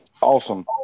Awesome